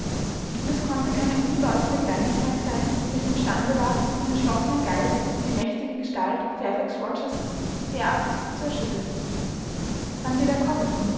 und es konnte keine unbedeutende kleinigkeit sein welche imstande war den entschlossenen geist und die mächtige gestalt fairfax rochesters derartig zu erschüttern wann wird er kommen